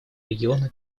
региону